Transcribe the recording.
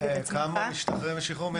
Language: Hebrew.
כמה משתחררים בשחרור מנהלי?